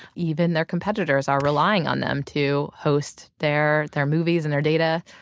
even their competitors are relying on them to host their their movies and their data.